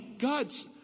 God's